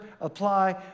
apply